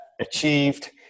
achieved